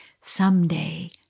someday